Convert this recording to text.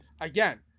again